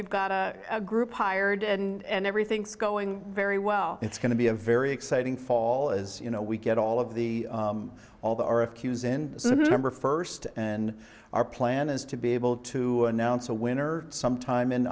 you've got a group hired and everything's going very well it's going to be a very exciting fall as you know we get all of the all the earth cues in number first and our plan is to be able to announce a winner sometime in